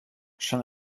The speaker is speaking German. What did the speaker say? schon